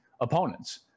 opponents